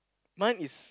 mine is